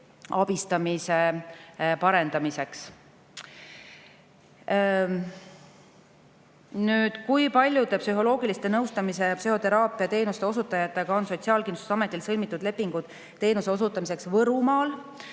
abistamise parendamiseks. Kui paljude psühholoogilise nõustamise ja psühhoteraapia teenuste osutajatega on Sotsiaalkindlustusametil sõlmitud lepingud teenuse osutamiseks Võrumaal?